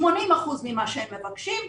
80% ממה שהם מבקשים,